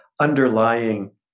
underlying